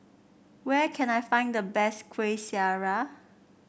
where can I find the best Kuih Syara